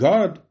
God